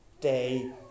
day